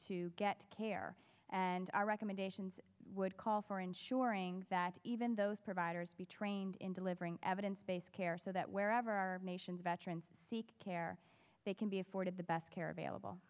to get care and our recommendations would call for ensuring that even those providers be trained in delivering evidence based care so that wherever our nation's veterans seek care they can be afforded the best care available